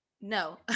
no